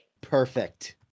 perfect